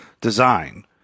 design